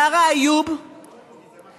יארא איוב וילדה,